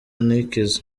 ntikize